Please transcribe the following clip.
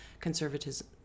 conservatism